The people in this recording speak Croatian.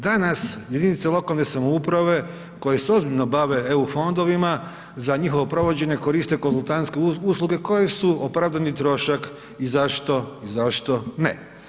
Danas jedinice lokalne samouprave koje se ozbiljno bave eu fondovima za njihovo provođenje koriste konzultantske usluge koje su opravdani trošak i zašto ne.